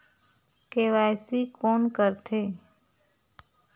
KYC कोन करथे?